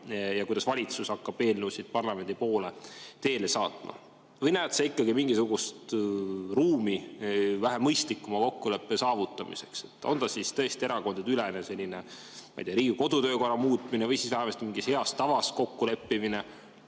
ja kuidas valitsus hakkab eelnõusid parlamendi poole teele saatma? Või näed sa ikkagi mingisugust ruumi vähe mõistlikuma kokkuleppe saavutamiseks? On see tõesti erakondadeülene, ma ei tea, Riigikogu kodu- ja töökorra [seaduse] muutmine või vähemasti mingis heas tavas kokkuleppimine,